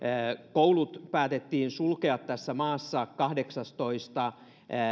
koulut päätettiin sulkea tässä maassa kahdeksastoista